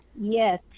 Yes